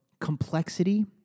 complexity